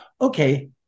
okay